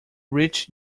reached